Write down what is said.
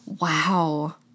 Wow